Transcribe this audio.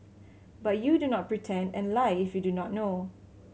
but you do not pretend and lie if you do not know